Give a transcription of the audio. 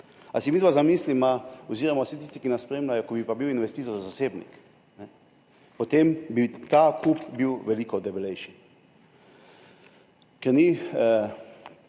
Pa si midva zamisliva oziroma vsi tisti, ki nas spremljajo, da bi pa bil investitor zasebnik – potem bi bil ta kup veliko debelejši. Ker ni,